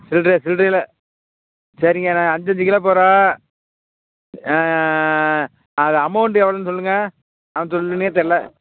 சில்லற சில்றையில் சரிங்கண்ண அஞ்சுஞ்சு கிலோ போரும் அது அமௌண்டு எவ்வளோனு சொல்லுங்க சொன்னுன்னே தெரில